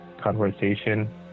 conversation